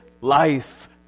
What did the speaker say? life